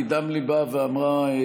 נדמה לי שהיא דיברה מדם ליבה ואמרה דברים